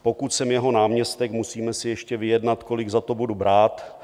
Pokud jsem jeho náměstek, musíme si ještě vyjednat, kolik za to budu brát.